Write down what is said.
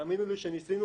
תאמינו לי שניסינו